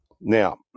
Now